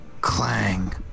clang